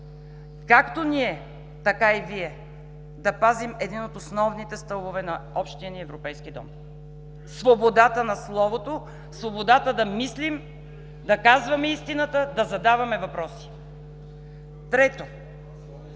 както ние, така и Вие, да пазим един от основните стълбове на общия ни европейски дом, свободата на словото, свободата да мислим, да казваме истината, да задаваме въпроси. Трето,